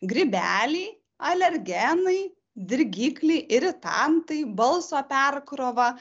grybeliai alergenai dirgikliai iritantai balso perkrova